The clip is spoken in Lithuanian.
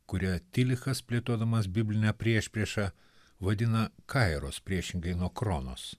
kurią tilichas plėtodamas bibline priešprieša vadina kairos priešingai nuo kronos